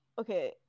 okay